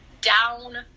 Down